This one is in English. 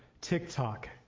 TikTok